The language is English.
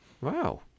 Wow